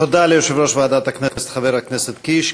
תודה ליושב-ראש ועדת הכנסת חבר הכנסת קיש.